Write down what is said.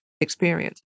experience